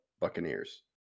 Buccaneers